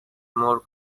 more